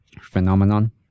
phenomenon